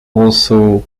also